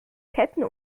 ketten